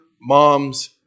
mom's